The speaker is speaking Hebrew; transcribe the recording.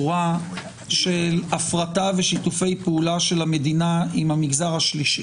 רע של הפרטה ושיתופי פעולה של המדינה עם המגזר השלישי.